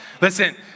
Listen